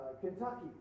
Kentucky